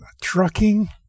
trucking